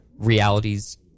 realities